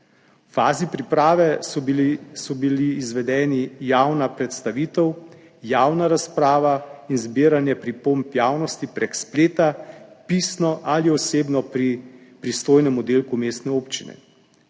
V fazi priprave so bili izvedeni javna predstavitev, javna razprava in zbiranje pripomb javnosti prek spleta, pisno ali osebno pri pristojnem oddelku mestne občine.